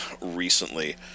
recently